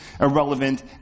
irrelevant